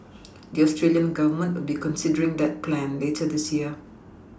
the Australian Government will be considering that plan later this year